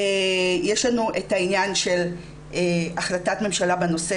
יש לנו את העניין של החלטת ממשלה בנושא